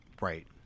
Right